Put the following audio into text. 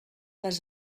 les